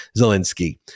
Zelensky